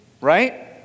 right